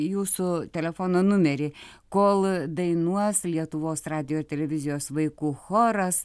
jūsų telefono numerį kol dainuos lietuvos radijo televizijos vaikų choras